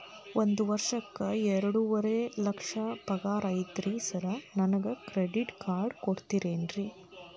ಒಂದ್ ವರ್ಷಕ್ಕ ಎರಡುವರಿ ಲಕ್ಷ ಪಗಾರ ಐತ್ರಿ ಸಾರ್ ನನ್ಗ ಕ್ರೆಡಿಟ್ ಕಾರ್ಡ್ ಕೊಡ್ತೇರೆನ್ರಿ?